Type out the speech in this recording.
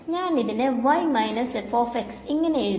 ഞാൻ അതിനെ ഇങ്ങനെ എഴുതി